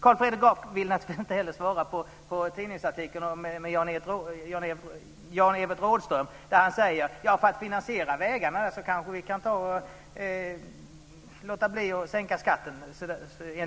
Carl Fredrik Graf vill naturligtvis inte heller svara på frågan om tidningsartikeln av Jan-Evert Rådhström där han säger att för att finansiera vägarna går det bra att låta bli att sänka skatten.